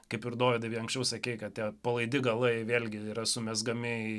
kaip ir dovydai anksčiau sakei kad tie palaidi galai vėlgi yra sumezgami į